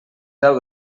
deu